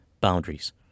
boundaries